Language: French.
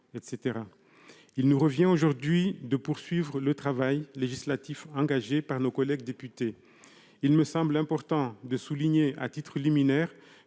Il nous revient aujourd'hui de poursuivre le travail législatif engagé par nos collègues députés. Il me semble important de souligner, à titre liminaire,